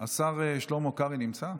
השר שלמה קרעי נמצא?